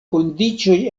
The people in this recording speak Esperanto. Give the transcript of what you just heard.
kondiĉoj